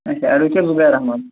advocate Zubair Ahmad